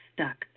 Stuck